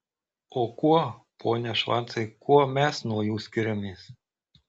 o kuo pone švarcai kuo mes nuo jų skiriamės